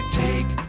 take